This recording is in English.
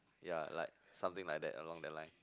ya like something like that along that line